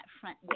front